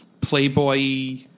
Playboy